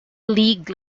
league